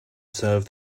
serve